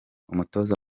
umutoza